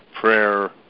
Prayer